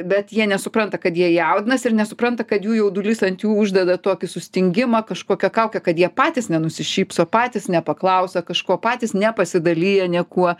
bet jie nesupranta kad jie jaudinasi ir nesupranta kad jų jaudulys ant jų uždeda tokį sustingimą kažkokią kaukę kad jie patys nenusišypso patys nepaklausia kažko patys nepasidalija niekuo